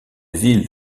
ville